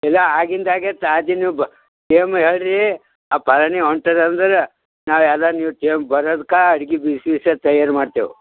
ಇಲ್ಲ ಆಗಿಂದಾಗೆ ಚಾರ್ಜ್ ನೀವು ಏನು ಹೇಳ್ರಿ ಆ ಪರಾಣಿ ಹೊಂಟದಂದ್ರೆ ನಾಳೆ ಎಲ್ಲ ನೀವು ಕೇಳಿ ಬರೋದ್ಕೆ ಅಡ್ಗೆ ಬಿಸಿ ಬಿಸ್ಯಾಗಿ ತಯಾರು ಮಾಡ್ತೇವೆ